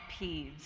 peeves